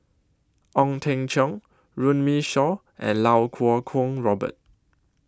Ong Teng Cheong Runme Shaw and Lau Kuo Kwong Robert